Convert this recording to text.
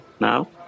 now